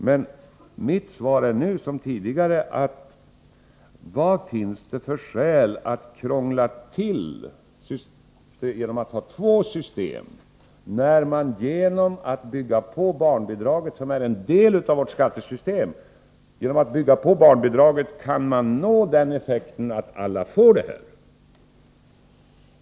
Men jag säger nu som tidigare: Vad finns det för skäl att krångla till det hela genom att ha två system, när man genom att bygga på barnbidraget, som är en del av vårt skattesystem, kan nå den effekten att alla blir tillgodosedda?